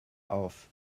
auf